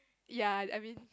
ya I mean